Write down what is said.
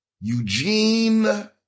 Eugene